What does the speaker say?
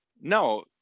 No